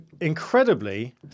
incredibly